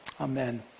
Amen